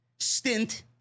stint